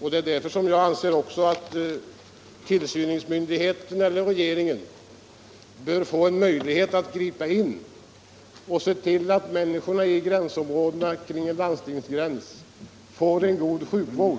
Och därför anser jag att tillsynsmyndigheten eller regeringen bör ha möjlighet att gripa in och se till att människorna i områdena kring två landstingsgränser får en god sjukvård,